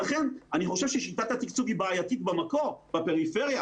לכן אני חושב ששיטת התקצוב היא בעייתית במקור בפריפריה.